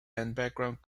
background